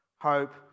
hope